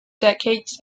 decades